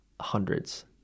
hundreds